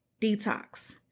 Detox